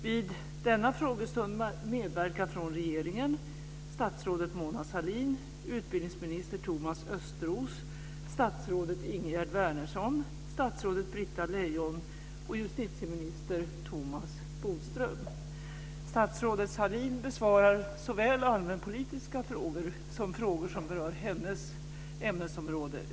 Vid denna frågestund medverkar från regeringen statsrådet Mona Sahlin, utbildningsminister Thomas Statsrådet Sahlin besvarar såväl allmänpolitiska frågor som frågor som berör hennes ämnesområde.